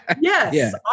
yes